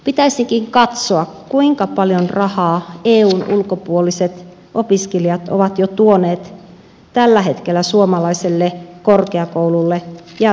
pitäisikin katsoa kuinka paljon rahaa eun ulkopuoliset opiskelijat ovat jo tuoneet tällä hetkellä suomalaiselle korkeakoululle ja yhteiskunnallemme